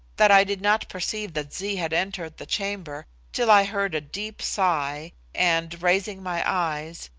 that i did not perceive that zee had entered the chamber till i heard a deep sigh, and, raising my eyes,